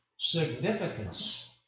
significance